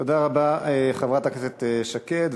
תודה רבה, חברת הכנסת שקד.